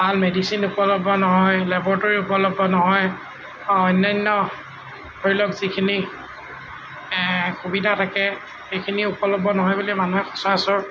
ভাল মেডিচিন উপলব্ধ নহয় লেবৰটৰি উপলব্ধ নহয় অন্যান্য ধৰি লওক যিখিনি সুবিধা থাকে সেইখিনি উপলব্ধ নহয় বুলি মানুহে সচৰাচৰ